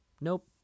Nope